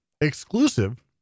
exclusive